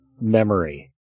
memory